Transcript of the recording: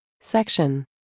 Section